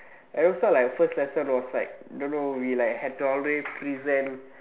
everytime like first lesson was like don't know we like have to always present